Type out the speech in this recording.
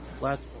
Last